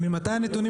ממתי הנתונים